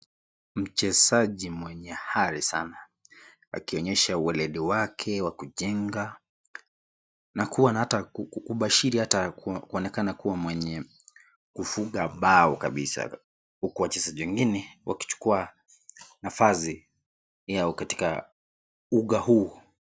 Mchezaji mwenye akionyesha uweledi wake, akichanga nahata kubashiri kuonekana hata mwenye hufunga bao kabisa, huko wacheza wengine wakichukua nafasi yao katika ugha huu.